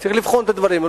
צריך לבחון את הדברים.